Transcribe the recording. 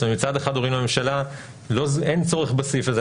מצד אחד אומרים לממשלה: אין צורך בסעיף הזה,